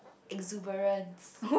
exuberance